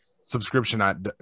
subscription